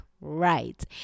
right